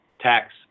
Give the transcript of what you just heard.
tax